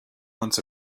months